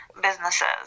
businesses